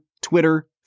Twitter